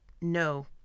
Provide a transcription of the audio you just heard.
No